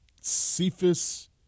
Cephas